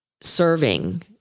serving